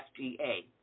FDA